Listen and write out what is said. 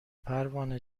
پروانه